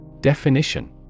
Definition